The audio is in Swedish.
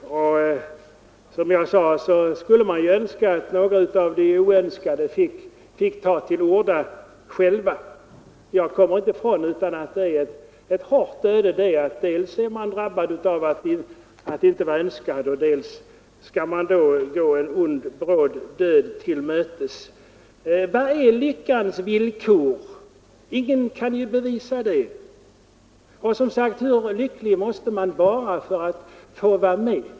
Som jag sade skulle man önska att någon av de oönskade fick ta till orda. Jag kan inte komma ifrån att det är ett hårt öde att dels inte vara önskad, dels gå en ond bråd död till mötes. Vad är lyckans villkor? Ingen kan bevisa det. Och som sagt, hur lycklig måste man vara för att få vara med?